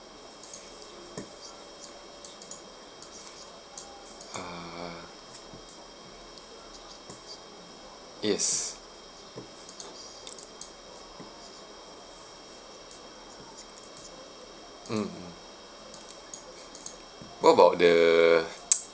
uh yes mmhmm what about the